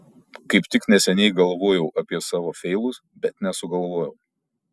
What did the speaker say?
kaip tik neseniai galvojau apie savo feilus bet nesugalvojau